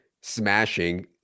smashing